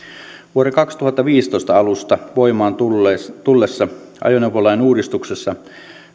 vuoden kaksituhattaviisitoista alusta voimaan tulleessa tulleessa ajoneuvolain uudistuksessa